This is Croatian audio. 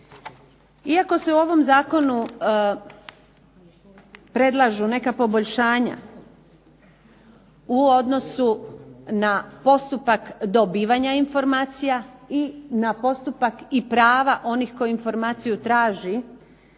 Iako se u ovom zakonu predlažu neka poboljšanja u odnosu na postupak dobivanja informacija i na postupak i prava onih koji informaciju i traže